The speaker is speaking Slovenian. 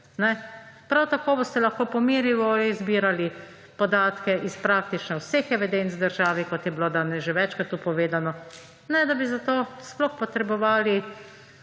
Prav tako boste lahko po mili volji zbirali podatke iz praktično vseh evidenc države, kot je bilo danes že večkrat tu povedano, ne da bi za to sploh potrebovali,